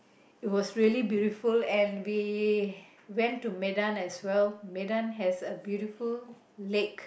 it was really beautiful and we went to Medan as well Medan has a beautiful lake